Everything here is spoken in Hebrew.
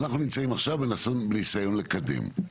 אנחנו נמצאים עכשיו בניסיון לקדם.